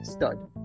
Stud